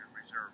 reserve